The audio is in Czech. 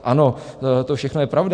Ano, to všechno je pravda.